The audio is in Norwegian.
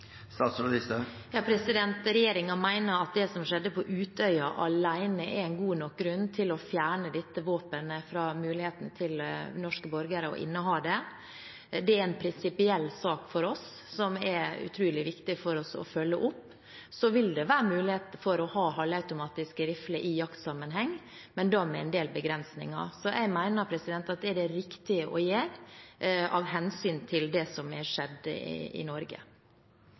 at det som skjedde på Utøya alene, er en god nok grunn til å fjerne norske borgeres mulighet til å inneha dette våpenet. Det er en prinsipiell sak for oss som er utrolig viktig for oss å følge opp. Så vil det være mulighet for å ha halvautomatiske rifler i jaktsammenheng, men da med en del begrensninger. Jeg mener at dette er riktig å gjøre, av hensyn til det som har skjedd i Norge.